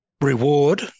reward